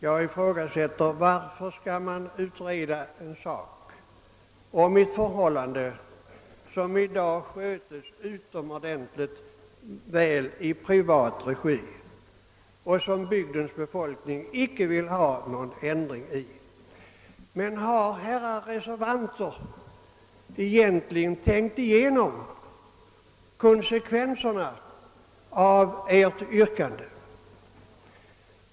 Jag ifrågasätter om man bör utreda något som i dag sköts utomordentligt väl i privat regi och vilket bygdens befolkning inte önskar någon ändring av. Har herrar reservanter egentligen tänkt igenom konsekvenserna av sitt yrkande?